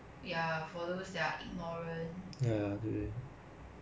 like you know the black lives matter one right I think it was quite a big issue because